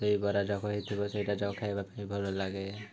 ସେଇ ବରା ଯାକ ହେଇଥିବ ସେଇଟା ଯାକ ଖାଇବା ପାଇଁ ଭଲ ଲାଗେ